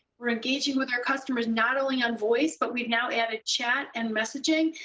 we're engaging with our customers, not only on voice, but we now added chat and messaging.